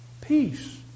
Peace